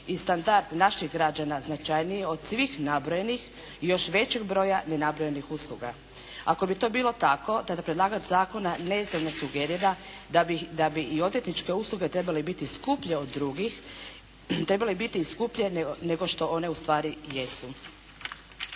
i standard naših građana značajniji od svih nabrojenih i još većeg broja nenabrojenih usluga. Ako bi to bilo tako, tada predlagač zakona neizravno sugerira da bi i odvjetničke usluge trebale biti skuplje od drugih, trebale biti skuplje nego što one ustvari jesu.